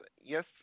yes